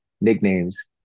nicknames